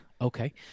Okay